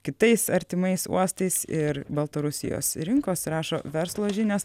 kitais artimais uostais ir baltarusijos rinkos rašo verslo žinios